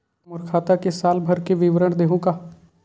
मोर खाता के साल भर के विवरण देहू का?